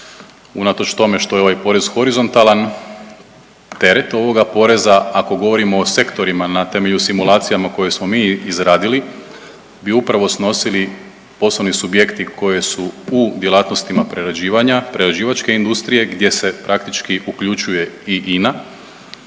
unatoč tome što je ovaj porez horizontalan, teret ovoga poreza, ako govorimo o sektorima na temelju simulacija koje smo mi izradili bi upravo snosili poslovni subjekti koji su u djelatnostima prerađivanja, prerađivačke industrije gdje se praktički uključuje i INA,